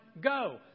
go